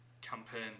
campaign